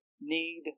need